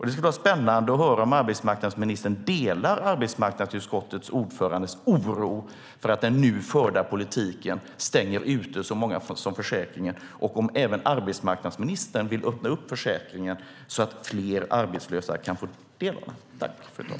Det skulle vara spännande att höra om arbetsmarknadsministern delar arbetsmarknadsutskottets ordförandes oro för att den förda politiken stänger ute så många från försäkringen och om även arbetsmarknadsministern vill öppna upp försäkringen så att fler arbetslösa kan få del av den.